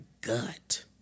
gut